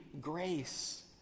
grace